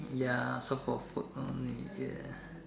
ya so for food only ya